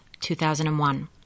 2001